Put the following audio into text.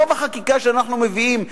רוב החקיקה שאנחנו מביאים,